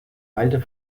alter